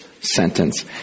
sentence